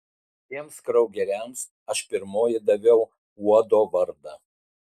tiems kraugeriams aš pirmoji daviau uodo vardą